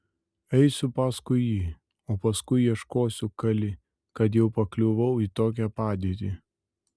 eisiu paskui jį o paskui ieškosiu kali kad jau pakliuvau į tokią padėtį